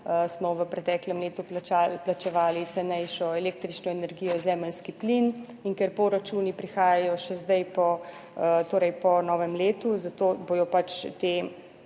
smo v preteklem letu plačevali cenejšo električno energijo in zemeljski plin in ker poračuni prihajajo še zdaj, torej po novem letu, zato bodo pač ti